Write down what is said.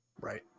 Right